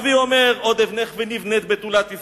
הנביא אומר: עוד אבנך ונבנית בתולת ישראל,